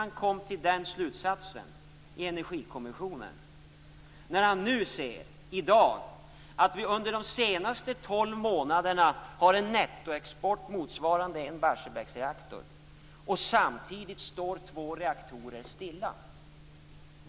Nu kan han se att vi under de senaste tolv månaderna alltså har en nettoexport motsvarande en Barsebäcksreaktor samtidigt som två reaktorer står stilla.